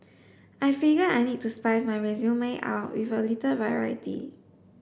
I figured I needed to spice my resume up with a little variety